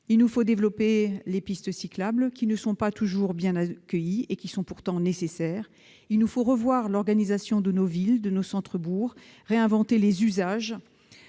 Il nous faut augmenter le nombre des pistes cyclables, qui ne sont pas toujours bien accueillies et qui sont pourtant nécessaires. Il nous faut revoir l'organisation de nos villes, de nos centres-bourgs, réinventer les usages.